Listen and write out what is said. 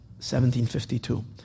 1752